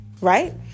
right